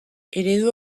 eredu